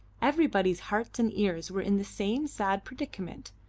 everybody's hearts and ears were in the same sad predicament,